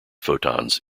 photons